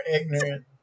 ignorant